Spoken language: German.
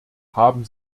haben